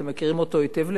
אתם מכירים אותו היטב,